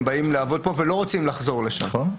באים לעבוד כאן ולא רוצים לחזור לשם.